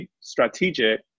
strategic